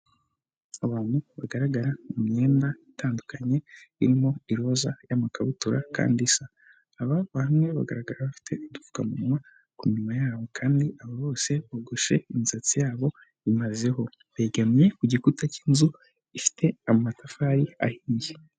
Abantu bagaragara mu myenda itandukanye irimo iroza y'amakabutura kandi isa. Aba bamwe bagaragara bafite udupfukamunwa ku minwa yabo kandi abo bose bogoshe imisatsi yabo imazeho, begamye ku gikuta cy'inzu ifite amatafari ahiye.